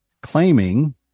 claiming